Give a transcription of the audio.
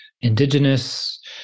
Indigenous